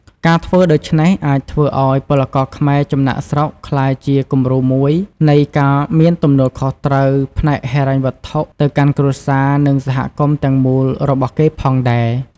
ការធ្វើដូច្នេះ អាចធ្វើឱ្យពលករខ្មែរចំណាកស្រុកក្លាយជាគំរូមួយនៃការមានទំនួលខុសត្រូវផ្នែកហិរញ្ញវត្ថុទៅកាន់គ្រួសារ និងសហគមន៍ទាំងមូលរបស់គេផងដែរ។